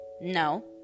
No